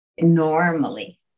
normally